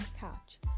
Couch